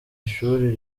ishuri